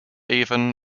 even